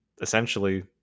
essentially